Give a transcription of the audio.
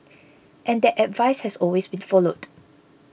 and that advice has always been followed